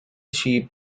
sheep